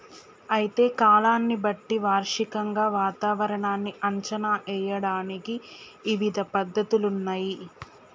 అయితే కాలాన్ని బట్టి వార్షికంగా వాతావరణాన్ని అంచనా ఏయడానికి ఇవిధ పద్ధతులున్నయ్యి